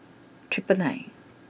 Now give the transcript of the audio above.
triple nine